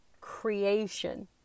creation